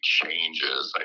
changes